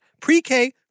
pre-K